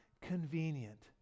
convenient